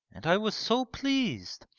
and i was so pleased.